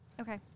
Okay